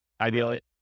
ideally